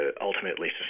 ultimately